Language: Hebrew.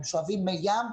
הם שואבים מי ים,